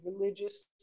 religious